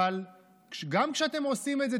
אבל גם כשאתם עושים את זה,